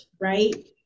right